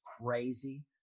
crazy